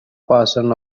person